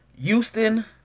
Houston